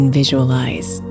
visualize